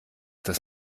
dass